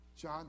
John